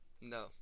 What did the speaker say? No